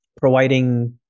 providing